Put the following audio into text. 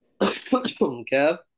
Kev